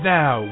now